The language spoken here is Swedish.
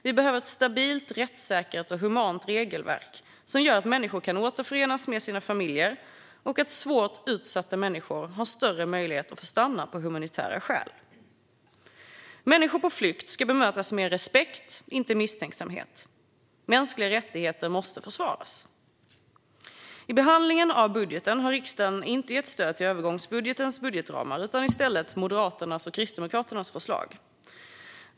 Vi behöver ett stabilt, rättssäkert och humant regelverk som gör att människor kan återförenas med sina familjer och att svårt utsatta människor har större möjlighet att få stanna av humanitära skäl. Människor på flykt ska bemötas med respekt, inte med misstänksamhet. Mänskliga rättigheter måste försvaras. I behandlingen av budgeten har riksdagen inte gett stöd till övergångsbudgetens budgetramar utan i stället Moderaternas och Kristdemokraternas förslag.